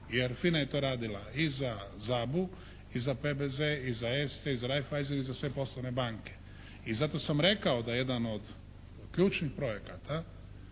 Jer FINA je to radila i za ZABU, i za PBZ i za Erste i za Raiffaissen i za sve poslovne banke. I zato sam rekao da jedan od ključnih projekata